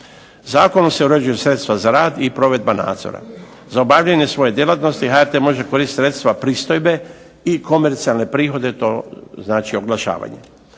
Zakonom se uređuju sredstva za rad i provedba nadzora. Za obavljanje svoje djelatnosti HRT može koristiti sredstva pristojbe i komercijalne prihode, to znači oglašavanje.